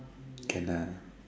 can ah